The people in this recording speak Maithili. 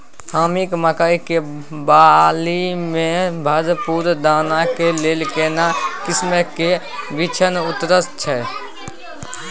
हाकीम मकई के बाली में भरपूर दाना के लेल केना किस्म के बिछन उन्नत छैय?